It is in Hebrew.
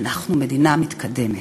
ואנחנו מדינה מתקדמת.